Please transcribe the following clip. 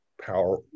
power